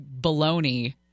baloney